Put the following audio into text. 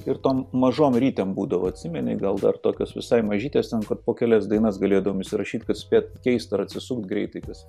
ir tom mažom ritėm būdavo atsimeni gal dar tokios visai mažytės ten kur po kelias dainas galėdavom įsirašyt kad spėt keist ar atsisuk greitai tas